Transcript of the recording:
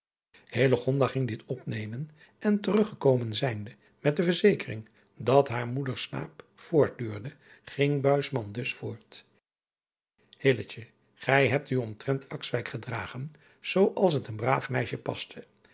ging dit opnemen en teruggekomen zijnde met de verzekering dat haar moeders slaap voortduurde ging buisman dus voort hilletje gij hebt u omtrent akswijk gedragen zoo als het een braaf meisje pastte